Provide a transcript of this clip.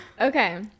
Okay